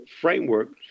framework